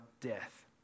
death